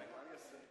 אז אין בעיה.